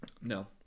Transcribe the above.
No